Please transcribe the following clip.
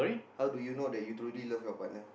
how do you know that you truly love your partner